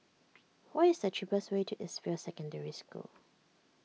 what is the cheapest way to East View Secondary School